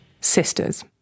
Sisters